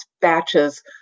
batches